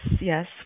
yes